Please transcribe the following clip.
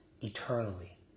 eternally